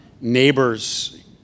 neighbors